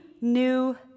new